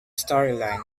storyline